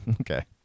Okay